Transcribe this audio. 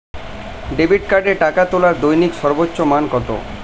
Debit কার্ডে টাকা তোলার দৈনিক সর্বোচ্চ মান কতো?